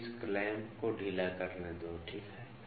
मुझे इस क्लैंप को ढीला करने दो ठीक है